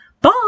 Bye